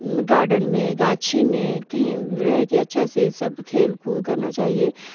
garden میں گاچھی میں کہیں رہے کہ اچھا سے سب کھیل کود کرنا چاہیے